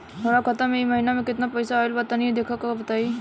हमरा खाता मे इ महीना मे केतना पईसा आइल ब तनि देखऽ क बताईं?